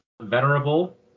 Venerable